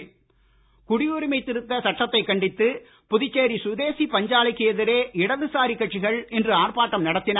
குடியிருப்புச் சட்டம் குடியுரிமை திருத்த சட்டத்தைக் கண்டித்து புதுச்சேரி சுதேசி பஞ்சாலைக்கு எதிரே இடது சாரி கட்சிகள் இன்று ஆர்ப்பாட்டம் நடத்தின